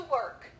work